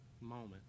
moment